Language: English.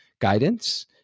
guidance